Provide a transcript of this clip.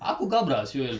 aku gabra [siol]